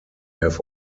have